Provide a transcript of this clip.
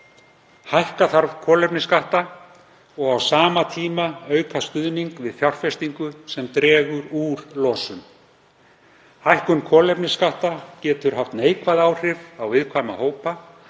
Hækka þarf kolefnisskatta og á sama tíma auka stuðning við fjárfestingu sem dregur úr losun. Hækkun kolefnisskatta getur haft neikvæð áhrif á viðkvæma hópa